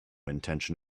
intention